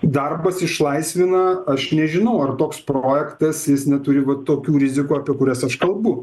darbas išlaisvina aš nežinau ar toks projektas jis neturi va tokių rizikų apie kurias aš kalbu